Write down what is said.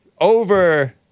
over